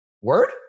Word